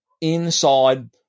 inside